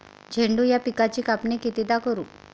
झेंडू या पिकाची कापनी कितीदा करू?